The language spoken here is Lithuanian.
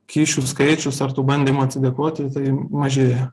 kyšių skaičius ar tų bandymų atsidėkoti mažėja